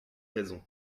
raisons